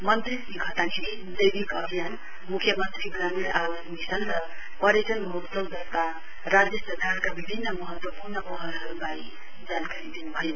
मन्त्री श्री घतानीले जैविक अभियान म्ख्यमन्त्री ग्रामीण आवास मिशन र पर्यटन महोत्सव जस्ता राज्य सरकारका विभिन्न महत्वपूर्ण पहलहरुवारे जानकारी दिन्भयो